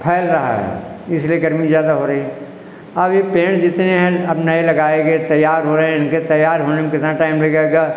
फैल रहा है इसलिए गर्मी ज़्यादा हो रही अब यह पेड़ जितने हैं अब नए लगाएँगे तैयार हो रहे इनके तैयार होने में कितना टाइम लग जाएगा